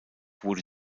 wurde